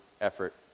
effort